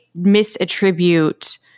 misattribute